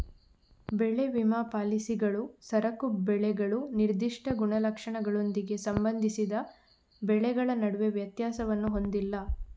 ಬೆಳೆ ವಿಮಾ ಪಾಲಿಸಿಗಳು ಸರಕು ಬೆಳೆಗಳು ನಿರ್ದಿಷ್ಟ ಗುಣಲಕ್ಷಣಗಳೊಂದಿಗೆ ಸಂಬಂಧಿಸಿದ ಬೆಳೆಗಳ ನಡುವೆ ವ್ಯತ್ಯಾಸವನ್ನು ಹೊಂದಿಲ್ಲ